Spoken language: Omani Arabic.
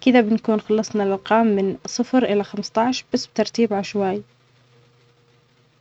كدا بنكون خلصنا الارقام من صفر إلى خمستاش بس بترتيب عشوائي